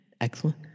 Excellent